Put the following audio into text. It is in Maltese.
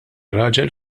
raġel